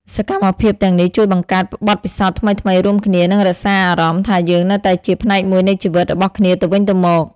ការចូលរួមសកម្មភាពរួមគ្នាពីចម្ងាយ ឧទាហរណ៍មើលកុនជាមួយគ្នា លេងហ្គេមអនឡាញ រៀនអ្វីថ្មីៗជាមួយគ្នា ដូចជាភាសាថ្មី ឬជំនាញណាមួយ ឬសូម្បីតែញ៉ាំអាហារពេលល្ងាចតាមរយៈវីដេអូខលក៏សំខាន់ដែរ។